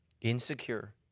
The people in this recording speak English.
insecure